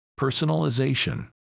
personalization